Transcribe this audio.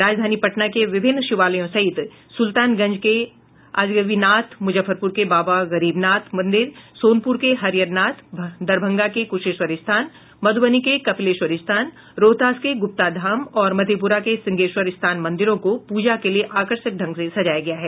राजधानी पटना के विभिन्न शिवालयों सहित सुल्तानगंज के अजगैबीनाथ मुजफ्फरपुर के बाबा गरीबनाथ मंदिर सोनपुर के हरिहरनाथ दरभंगा के कुशेश्वर स्थान मधुबनी के कपिलेश्वर स्थान रोहतास के गुप्ताधाम और मधेपुरा के सिंहेश्वर स्थान मंदिरों को पूजा के लिए आकर्षक ढंग से सजाया गया है